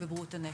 בבריאות הנפש,